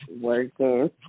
working